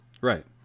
Right